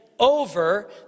Over